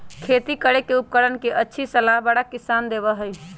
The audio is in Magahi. खेती करे के उपकरण के अच्छी सलाह बड़ा किसान देबा हई